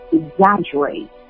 exaggerate